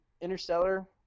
interstellar